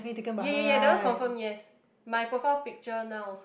ya ya ya that one confirm yes my profile picture now